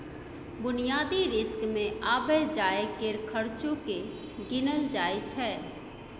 बुनियादी रिस्क मे आबय जाय केर खर्चो केँ गिनल जाय छै